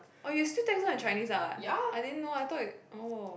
oh you still text her in Chinese ah I didn't know I thought oh